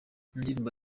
indirimbo